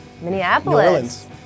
Minneapolis